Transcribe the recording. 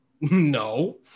No